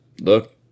Look